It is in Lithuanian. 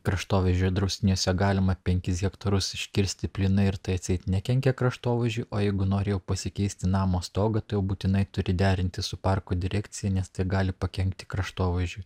kraštovaizdžio draustiniuose galima penkis hektarus iškirsti plynai ir tai atseit nekenkia kraštovaizdžiui o jeigu nori jau pasikeisti namo stogą tai būtinai turi derinti su parko direkcija nes tai gali pakenkti kraštovaizdžiui